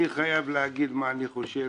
אני חייב להגיד מה אני חושב.